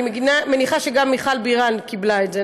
אני מניחה שגם מיכל בירן קיבלה את זה,